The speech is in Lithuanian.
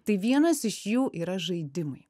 tai vienas iš jų yra žaidimai